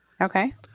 Okay